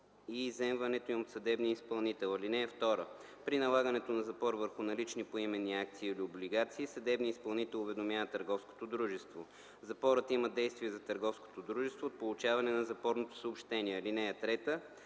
и изземването им от съдебния изпълнител. (2) При налагането на запор върху налични поименни акции или облигации съдебният изпълнител уведомява търговското дружество. Запорът има действие за търговското дружество от получаване на запорното съобщение. (3)